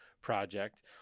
project